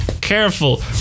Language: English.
careful